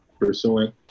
pursuing